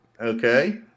Okay